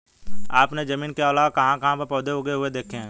आपने जमीन के अलावा कहाँ कहाँ पर पौधे उगे हुए देखे हैं?